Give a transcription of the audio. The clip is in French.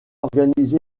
organisé